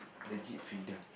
legit freedom